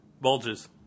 Bulges